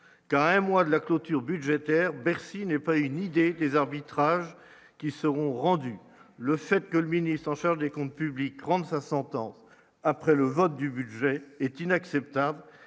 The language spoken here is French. qu'à un mois de la clôture budgétaires, Bercy n'est pas une idée des arbitrages qui seront rendus, le fait que le ministre en charge des comptes publics rende sa sentence après le vote du budget est inacceptable